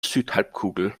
südhalbkugel